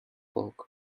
fog